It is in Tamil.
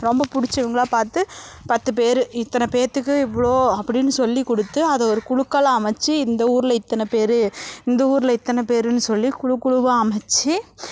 ரொம்ப பிடுச்சவங்கலாப் பார்த்து பத்துப் பேர் இத்தனை பேர்த்துக்கு இவ்வளோ அப்படின்னு சொல்லிக்கொடுத்து அதை ஒரு குழுக்களாக அமைத்து இந்த ஊரில் இத்தனை பேர் இந்த ஊரில் இத்தனை பேருன்னு சொல்லி குழு குழுவாக அமைத்து